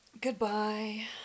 Goodbye